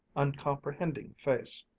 uncomprehending face.